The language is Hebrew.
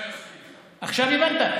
אה, עכשיו הבנתי.